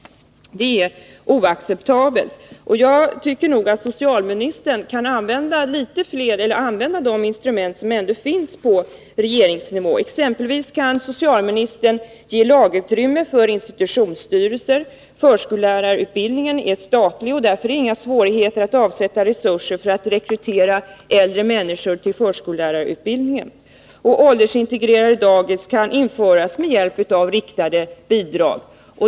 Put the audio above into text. Det är en oacceptabel situation. Jag tycker att socialministern kan använda de instrument som ändå finns på regeringsnivå. Socialministern kan exempelvis ge lagutrymme för institutionsstyrelser. Förskollärarutbildningen är statlig, och därför är det inga svårigheter när det gäller att avsätta resurser för att rekrytera äldre människor till förskollärarutbildningen. Åldersintegrerade daghem kan införas med hjälp av riktade bidrag.